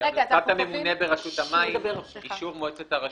החלפת הממונה ברשות המים, אישור מועצת הרשות,